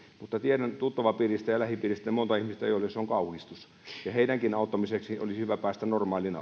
mutta tiedän tuttavapiiristä ja lähipiiristä monta ihmistä joille se on kauhistus heidänkin auttamisekseen olisi hyvä päästä normaaliin